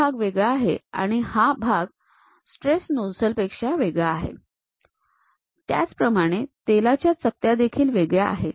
हा भाग वेगळा आहे आणि हा भाग स्ट्रेस नोझल पेक्षा वेगळा आहे त्याचप्रमाणे तेलाच्या चकत्या देखील वेगळ्या आहेत